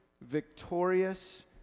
victorious